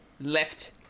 left